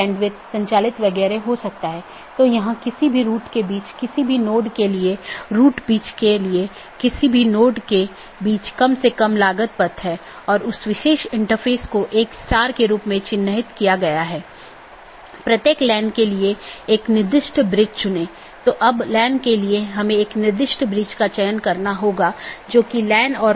BGP के संबंध में मार्ग रूट और रास्ते पाथ एक रूट गंतव्य के लिए पथ का वर्णन करने वाले विशेषताओं के संग्रह के साथ एक गंतव्य NLRI प्रारूप द्वारा निर्दिष्ट गंतव्य को जोड़ता है